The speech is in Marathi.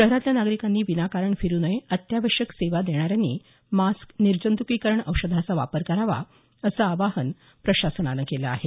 शहरातल्या नागरिकांनी विनाकारण फिरु नये अत्यावश्यक सेवा देणाऱ्यांनी मास्क निजँतुकीकरण औषधाचा वापर करावा असं आवाहन प्रशासनानं केलं आहे